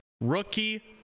Rookie